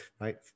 right